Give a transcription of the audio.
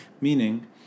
Meaning